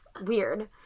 Weird